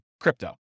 crypto